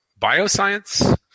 bioscience